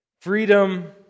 Freedom